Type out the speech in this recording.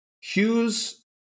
Hughes